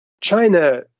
China